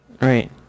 Right